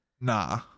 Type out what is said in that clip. Nah